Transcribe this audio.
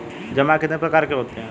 जमा कितने प्रकार के होते हैं?